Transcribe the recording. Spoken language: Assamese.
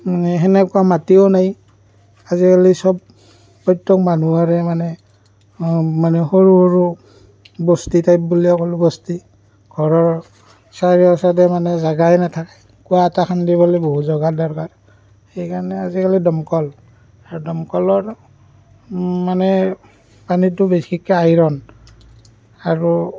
সেনেকুৱা মাটিও নাই আজিকালি চব প্ৰত্যেক মানুহৰে মানে মানে সৰু সৰু বস্তি টাইপ বুলিয়ে ক'লো বস্তি ঘৰৰ চাৰিওছাইডে মানে জাগাই নাথাকে কুঁৱা এটা খান্দিবলৈ বহু জেগাৰ দৰকাৰ সেইকাৰণে আজিকালি দমকল আৰু দমকলৰ মানে পানীটো বিশেষকৈ আইৰণ আৰু